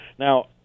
Now